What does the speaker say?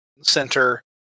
center